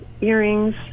earrings